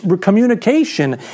communication